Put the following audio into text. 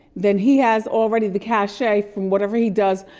then he has already the cache from whatever he does,